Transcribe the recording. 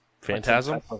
Phantasm